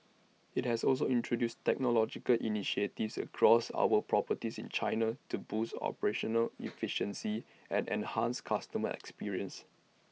IT has also introduced technological initiatives across our properties in China to boost operational efficiency and enhance customer experience